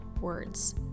words